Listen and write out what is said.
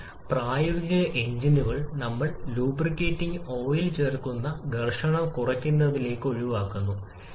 എപ്പോൾ കുറഞ്ഞ താപനിലയെക്കുറിച്ചാണ് നമ്മൾ സംസാരിക്കുന്നത് 300 മുതൽ 1500 കെ വരെയാണ് പൊതുവേ CP a b1 T